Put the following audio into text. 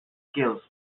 skills